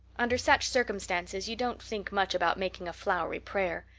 under such circumstances you don't think much about making a flowery prayer.